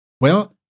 Well-